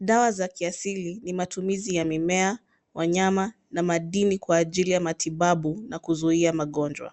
Dawa za kiasili, ni matumizi ya mimea, wanyama na madini kwa ajili ya matibabu na kuzuia magonjwa.